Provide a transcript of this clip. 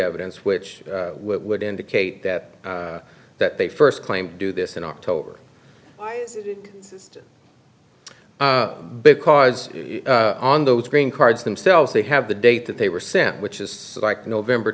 evidence which would indicate that that they first claimed do this in october because on those green cards themselves they have the date that they were sent which is like november